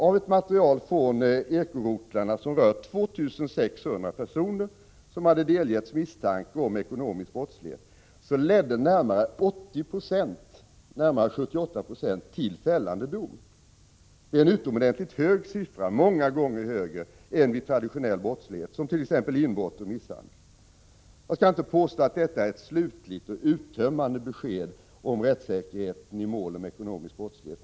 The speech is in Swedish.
Av materialet från ekorotlarna, som rör 2 600 personer som delgetts misstanke om ekonomisk brottslighet, framgår att det blev fällande dom i 78 26 av fallen. Det är en utomordentligt hög siffra — många gånger högre än vid traditionell brottslighet, t.ex. inbrott och misshandel. Jag skall inte påstå att detta är ett slutligt och uttömmande besked om rättssäkerheten i mål om ekonomisk brottslighet.